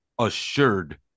assured